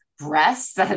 breasts